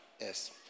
Yes